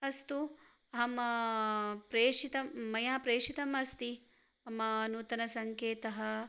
अस्तु अहं प्रेषितं मया प्रेषितम् अस्ति मम नूतनसङ्केतः